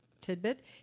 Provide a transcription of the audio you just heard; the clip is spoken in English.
tidbit